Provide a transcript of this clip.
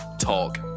Talk